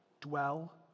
dwell